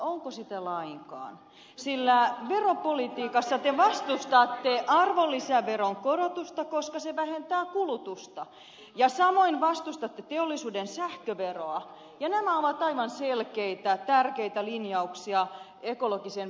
onko sitä lainkaan sillä veropolitiikassa te vastustatte arvonlisäveron korotusta koska se vähentää kulutusta ja samoin vastustatte teollisuuden sähköveroa ja nämä ovat aivan selkeitä tärkeitä linjauksia ekologisen verouudistuksen näkökulmasta